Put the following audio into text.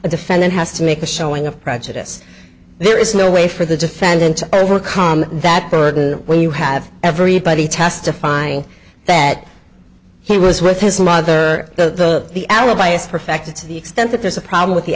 defendant has to make a showing of prejudice there is no way for the defendant to overcome that burden when you have everybody testifying that he was with his mother to the alibi is perfect to the extent that there's a problem with the